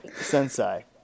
sensei